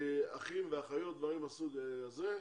אחים ואחיות, דברים מהסוג הזה.